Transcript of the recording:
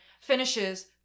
finishes